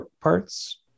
parts